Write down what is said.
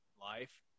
life